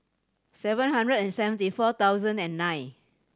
seven hundred and seventy four thousand and nine